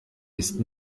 ist